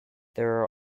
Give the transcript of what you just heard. there